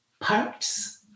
parts